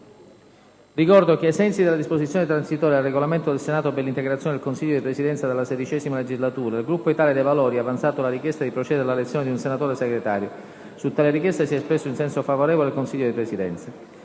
Ricordo che, ai sensi della Disposizione transitoria del Regolamento del Senato per l'integrazione del Consiglio di Presidenza nella XVI Legislatura, il Gruppo Italia dei Valori ha avanzato la richiesta dì procedere all'elezione di un senatore Segretario. Su tale richiesta si è espresso in senso favorevole il Consiglio di Presidenza.